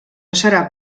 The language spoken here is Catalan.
serà